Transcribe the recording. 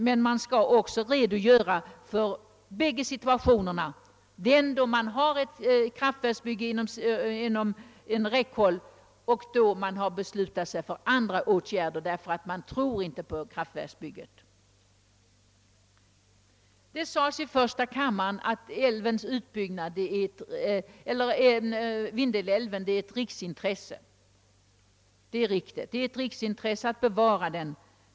Men man skall också redogöra för bägge alternativen — dels det som avser ett kraftverksbygge, dels det som innebär, att man beslutat sig för andra åtgärder, därför att man inte tror på kraftverksbygget. I första kammaren framhölls, att Vindelälven är ett riksintresse, och detta är riktigt. Det är ett intresse för hela landet att bevara den.